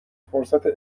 فرصت